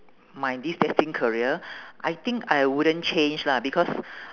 my this destined career I think I wouldn't change lah because